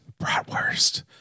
Bratwurst